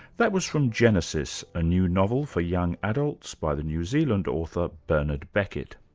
that was from genesis, a new novel for young adults by the new zealand author, bernard beckett.